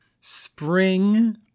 spring